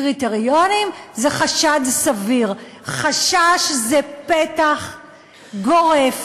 "קריטריונים" זה חשד סביר, "חשש" זה פתח גורף